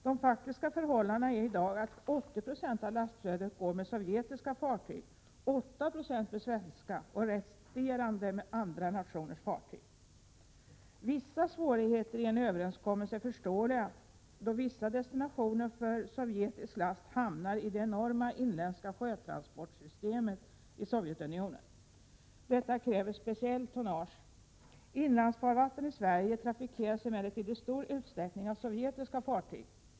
De faktiska förhållandena är i dag att 80 70 av lastvärdet går med sovjetiska fartyg, 8 Zo med svenska och resterande med andra nationers fartyg. Vissa svårigheter i en överenskommelse är förståeliga, då vissa destinationer för sovjetisk last hamnar i det enorma inländska sjötransportsystemet i Sovjetunionen. Detta kräver speciellt tonnage. Inlandsfarvatten i Sverige trafikeras emellertid i stor utsträckning av sovjetiska fartyg.